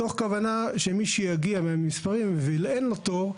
מתוך כוונה שמי שיגיע מהמספרים ואין לו תור,